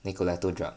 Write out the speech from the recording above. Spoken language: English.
你给他 drug